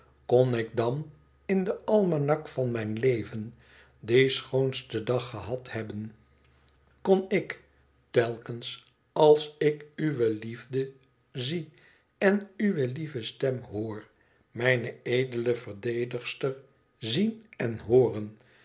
kon ik dan in den almanak van mijn leven dien schoonsten dag gehad hebben kon ik telkens als ik uwe liefde zie en uwe lieve stem hoor mijne edele verdedigster zien en hooren